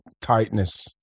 tightness